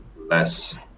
less